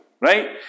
Right